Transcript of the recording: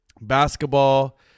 basketball